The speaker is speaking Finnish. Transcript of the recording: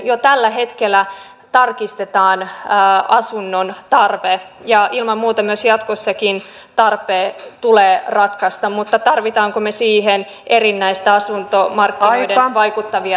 jo tällä hetkellä tarkistetaan asunnon tarve ja ilman muuta jatkossakin tarpeen tulee ratkaista mutta tarvitsemmeko me siihen erillisiä asuntomarkkinoihin vaikuttavia tulorajoja